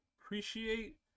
Appreciate